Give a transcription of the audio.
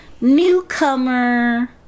newcomer